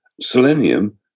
selenium